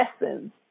lessons